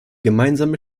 gemeinsame